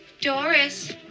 Doris